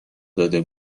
داده